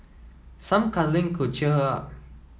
some cuddling could cheer her up